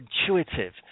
intuitive